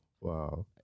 wow